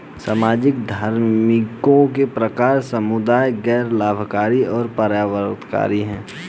सामाजिक उद्यमियों के प्रकार समुदाय, गैर लाभकारी और परिवर्तनकारी हैं